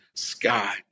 sky